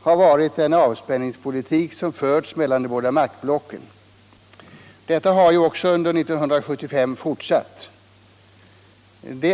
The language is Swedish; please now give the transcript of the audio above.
har varit den avspänningspolitik som har förts mellan de båda maktblocken. Också under år 1975 har denna politik fortsatt.